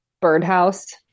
birdhouse